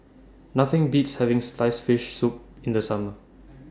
Nothing Beats having Sliced Fish Soup in The Summer